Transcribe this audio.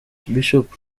bishop